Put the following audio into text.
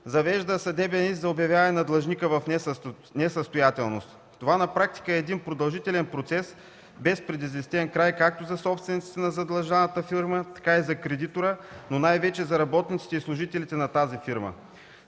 завежда съдебен иск за обявяване на длъжника в несъстоятелност. Това на практика е един продължителен процес без предизвестен край както за собствениците на задлъжнялата фирма, така и за кредитора, но най-вече за работниците и служителите на тази фирма.